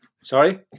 Sorry